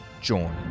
join